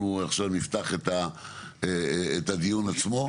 אנחנו עכשיו נפתח את הדיון עצמו.